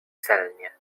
celnie